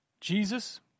Jesus